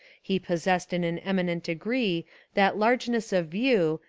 he possessed in an eminent degree that largeness of view,